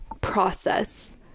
process